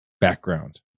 background